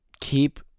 Keep